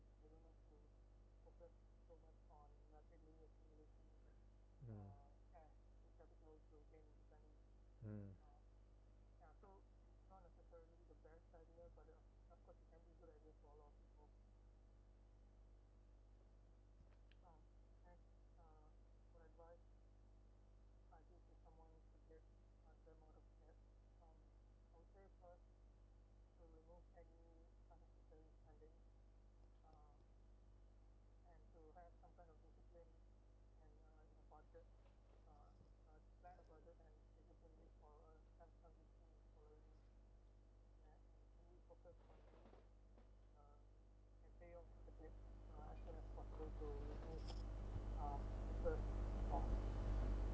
hmm mm